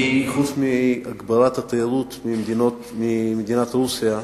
חוץ מהגברת התיירות ממדינת רוסיה,